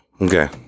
Okay